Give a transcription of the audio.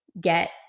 get